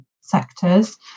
sectors